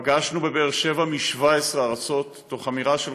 פגשנו בבאר שבע עולים מ-17 ארצות תוך אמירה של